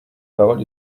parole